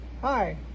Hi